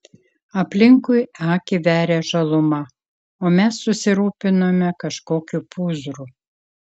aplinkui akį veria žaluma o mes susirūpinome kažkokiu pūzru